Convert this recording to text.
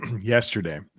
yesterday